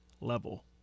level